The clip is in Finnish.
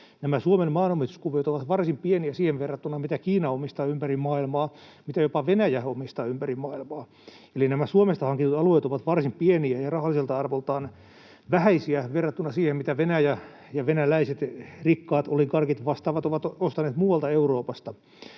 Suomen maanomistuskuviot ovat varsin pieniä siihen verrattuna, mitä Kiina omistaa ympäri maailmaa, mitä jopa Venäjä omistaa ympäri maailmaa. Eli nämä Suomesta hankitut alueet ovat varsin pieniä ja rahalliselta arvoltaan vähäisiä verrattuna siihen, mitä Venäjä ja venäläiset, rikkaat oligarkit ja vastaavat, ovat ostaneet muualta Euroopasta.